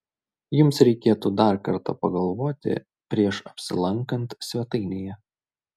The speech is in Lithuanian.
jums reikėtų dar kartą pagalvoti prieš apsilankant svetainėje